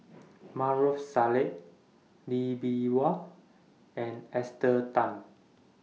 Maarof Salleh Lee Bee Wah and Esther Tan